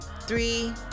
Three